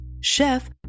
Chef